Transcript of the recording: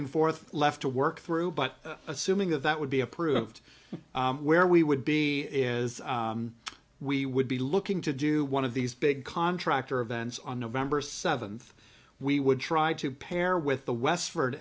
and forth left to work through but assuming that that would be approved where we would be is we would be looking to do one of these big contractor events on november seventh we would try to pair with the westford